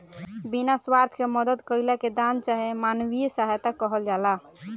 बिना स्वार्थ के मदद कईला के दान चाहे मानवीय सहायता कहल जाला